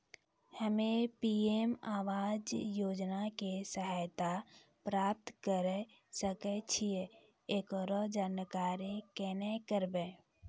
हम्मे पी.एम आवास योजना के सहायता प्राप्त करें सकय छियै, एकरो जानकारी केना करबै?